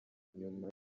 nyuma